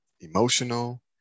emotional